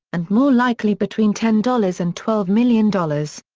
and more likely between ten dollars and twelve million dollars.